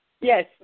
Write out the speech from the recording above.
Yes